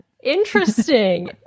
Interesting